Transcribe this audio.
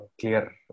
clear